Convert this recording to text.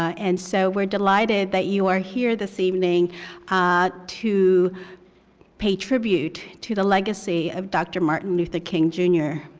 and so we're delighted that you are here this evening to pay tribute to the legacy of dr. martin luther king jr.